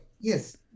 Yes